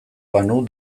banu